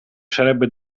sarebbe